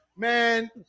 Man